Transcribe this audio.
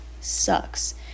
sucks